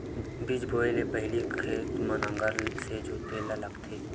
बीज बोय के पहिली खेत ल नांगर से जोतेल लगथे?